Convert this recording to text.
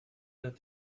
that